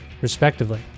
respectively